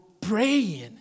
praying